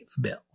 bill